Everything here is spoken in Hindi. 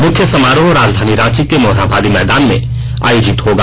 मुख्य समारोह राजधानी रांची के मोरहाबादी मैदान में आयोजित होगा